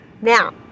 Now